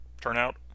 turnout